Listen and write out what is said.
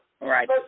right